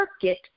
circuit